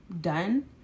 done